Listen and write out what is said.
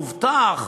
הובטח,